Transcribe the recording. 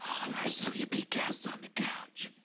our sleepy guests on the couch.